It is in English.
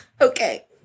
Okay